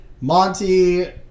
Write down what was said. Monty